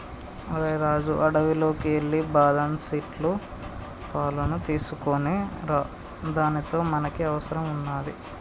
ఓరై రాజు అడవిలోకి ఎల్లి బాదం సీట్ల పాలును తీసుకోనిరా దానితో మనకి అవసరం వున్నాది